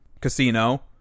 Casino